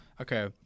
Okay